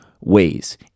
ways